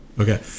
Okay